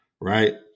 Right